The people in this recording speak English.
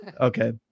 Okay